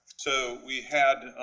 so we had.